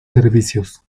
servicios